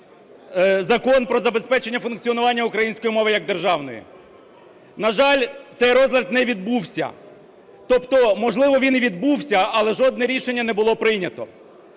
Закон "Про забезпечення функціонування української мови як державної". На жаль, цей розгляд не відбувся. Тобто, можливо, він і відбувся, але жодне рішення не було прийнято.